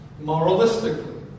moralistically